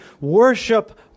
worship